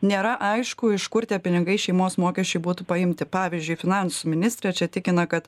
nėra aišku iš kur tie pinigai šeimos mokesčiui būtų paimti pavyzdžiui finansų ministrė čia tikina kad